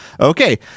Okay